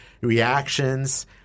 reactions